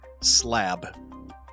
Slab